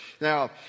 Now